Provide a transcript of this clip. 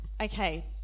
Okay